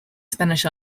spanish